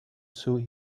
sue